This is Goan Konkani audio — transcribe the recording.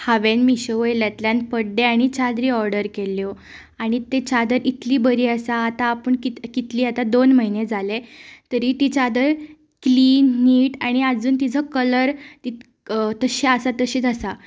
हांवें मिशोवयल्यांतल्यान पड्डे आनी चादरी ऑर्डर केल्ल्यो आनी तें चादर इतली बरी आसा आतां आपूण कित कितली आतां दोन म्हयने जाले तरी ती चादर क्लीन नीट आनी आजून तिचो कलर तशे आसा तशीच आसा